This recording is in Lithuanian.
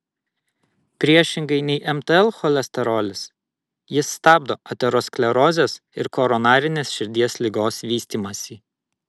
priešingai nei mtl cholesterolis jis stabdo aterosklerozės ir koronarinės širdies ligos vystymąsi